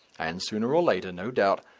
and sooner or later, no doubt,